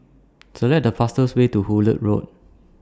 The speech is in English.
Select The fastest Way to Hullet Road